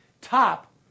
top